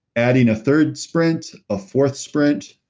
adding a third sprint, a fourth sprint,